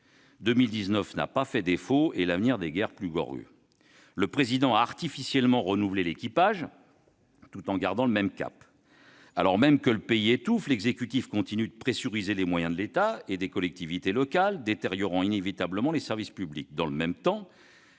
2019 n'a pas fait exception, et l'avenir n'est guère plus glorieux : le Président de la République a artificiellement renouvelé l'équipage, tout en gardant le même cap. Alors même que le pays étouffe, l'exécutif continue de pressurer les moyens de l'État et des collectivités territoriales, détériorant inévitablement les services publics.